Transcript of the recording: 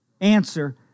Answer